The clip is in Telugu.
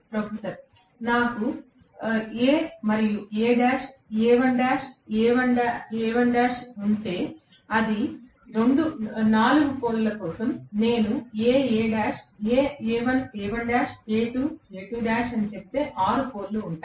ప్రొఫెసర్ నాకు A మరియు A' A1 A1' ఉంటే అది 4 పోల్ ల కోసం నేను A A' A1 A1' A2 A2' అని చెబితే 6 పోల్ లు ఉంటాయి